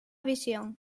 visión